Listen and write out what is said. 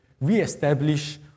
re-establish